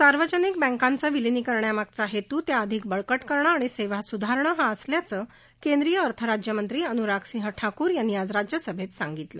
सार्वजनिक बँकांचं विलिनीकरण करण्यामागचा हेत् त्या अधिक बळकट करणं आणि सेवा स्धारणं हा असल्याचं केंद्रीय अर्थराज्यमंत्री अन्राग सिंह ठाकूर यांनी आज राज्यसभेत सांगितलं